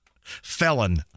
Felon